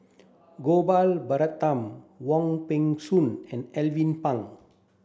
Gopal Baratham Wong Peng Soon and Alvin Pang